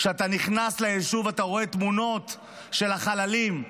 כשאתה נכנס ליישוב אתה רואה תמונות של החללים.